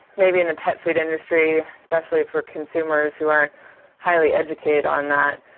maybe in the pet food industry, especially for consumers who aren't highly educated on that,